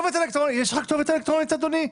יש לך כתובת אלקטרונית, אדוני?